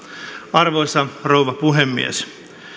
arvoisa rouva puhemies